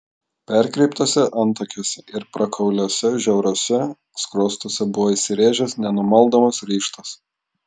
perkreiptuose antakiuose ir prakauliuose žiauriuose skruostuose buvo įsirėžęs nenumaldomas ryžtas